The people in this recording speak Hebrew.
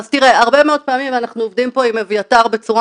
הרבה מאוד פעמים אנחנו עובדים עם אביתר בצורה